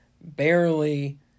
barely